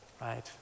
right